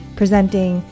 presenting